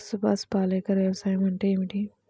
సుభాష్ పాలేకర్ వ్యవసాయం అంటే ఏమిటీ?